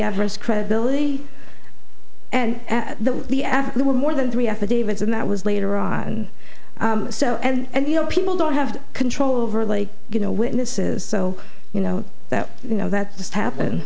adverse credibility and at the the after we were more than three affidavits and that was later on so and you know people don't have control over like you know witnesses so you know that you know that just happen